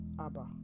Abba